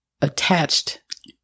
attached